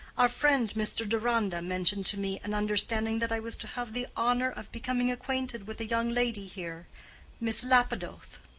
our friend, mr. deronda, mentioned to me an understanding that i was to have the honor of becoming acquainted with a young lady here miss lapidoth.